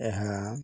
ଏହା